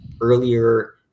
earlier